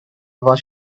was